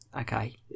Okay